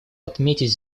отметить